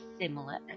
similar